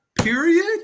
period